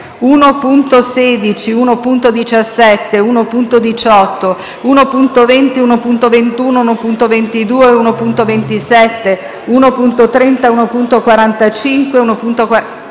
1.16, 1.17, 1.18, 1.20, 1.21, 1.22, 1.27, 1.30, 1.45, 1.46,